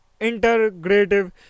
Integrative